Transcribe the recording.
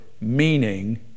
meaning